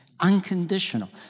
unconditional